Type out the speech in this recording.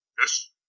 Yes